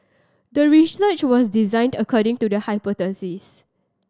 the research was designed according to the hypothesis